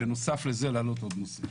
בנוסף לזה להעלות עוד נושא: